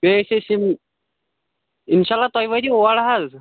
بیٚیہِ اَسہِ أسۍ یِم اِشا اللہ تُہۍ وٲتِو اورٕ حظ